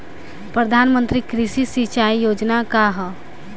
प्रधानमंत्री कृषि सिंचाई योजना का ह?